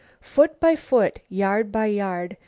foot by foot, yard by yard,